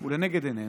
הוא לנגד עינינו.